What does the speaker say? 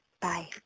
bye